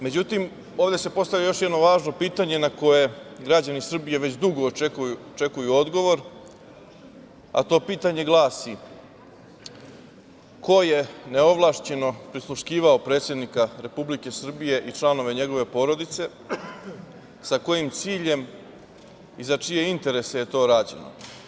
Međutim, ovde se postavlja još jedno važno pitanje na koje građani Srbije već dugo očekuju odgovor, a to pitanje glasi – ko je neovlašćeno prisluškivao predsednika Republike Srbije i članove njegove porodice, sa kojim ciljem i za čije interese je to rađeno?